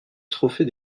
trophée